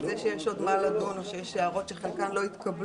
העובדה שיש עוד מה לדון או כשיש הערות שחלקן לא התקבלו